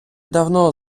давно